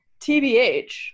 TBH